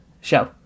show